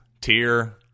tier